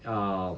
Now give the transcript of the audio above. um